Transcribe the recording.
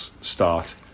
start